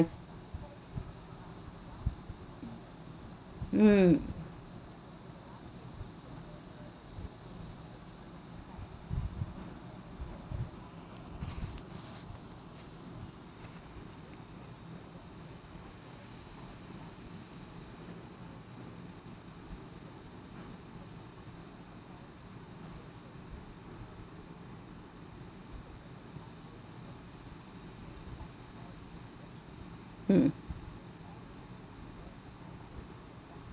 mm mm